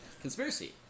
Conspiracy